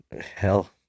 hell